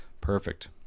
perfect